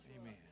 Amen